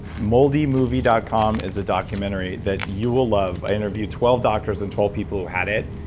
moldymovie dot com is a documentary that you will love. i interviewed twelve doctors and twelve people who had it.